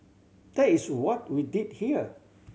that is what we did here